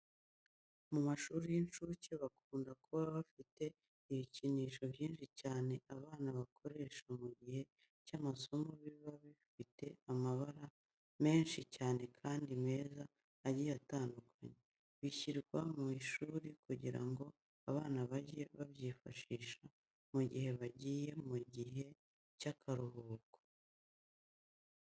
Mu mashuri y'inshuke bakunda kuba bafite ibikinisho byinshi cyane abana bakoresha mu gihe cy'amasomo biba bifite amabara menshi cyane kandi meza agiye atandukanye. Bishyirwa mu ishuri kugira ngo abana bajye babyifashisha mu gihe bagiye mu gihe cy'akaruhuko.